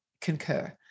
concur